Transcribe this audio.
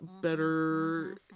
better